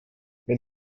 wenn